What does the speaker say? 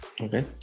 Okay